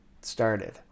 started